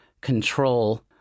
control